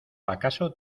acaso